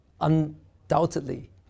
undoubtedly